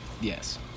Yes